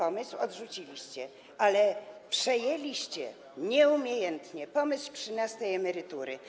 Odrzuciliście ten pomysł, ale przejęliście nieumiejętnie pomysł trzynastej emerytury.